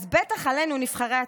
אז בטח עלינו, נבחרי הציבור,